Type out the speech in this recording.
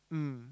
mm